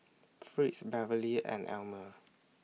Fritz Beverley and Elmire